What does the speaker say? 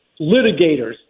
litigators